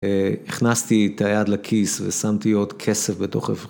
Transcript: הכנסתי את היד לקיס ושמתי עוד כסף בתוך אבקו.